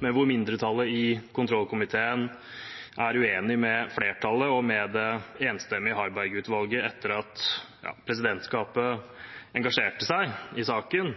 men hvor mindretallet i kontrollkomiteen er uenig med flertallet og med det enstemmige Harberg-utvalget etter at presidentskapet engasjerte seg i saken,